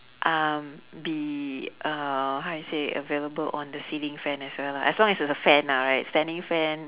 um be uh how you say available on the ceiling fan as well lah as long as it's a fan lah right standing fan